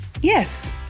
Yes